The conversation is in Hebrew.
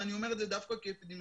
ואני אומר את זה דווקא כאפידמיולוג.